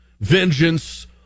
vengeance